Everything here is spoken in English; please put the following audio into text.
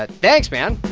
but thanks, man